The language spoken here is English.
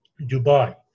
Dubai